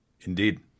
Indeed